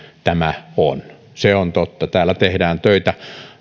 tämä on se on totta täällä tehdään töitä